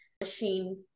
machine